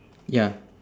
ya